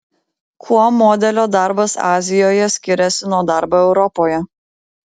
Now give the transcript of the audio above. kuo modelio darbas azijoje skiriasi nuo darbo europoje